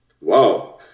Wow